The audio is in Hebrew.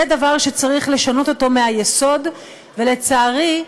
זה דבר שצריך לשנות אותו מהיסוד, ולצערי,